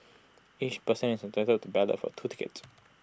each person is entitled to ballot for two tickets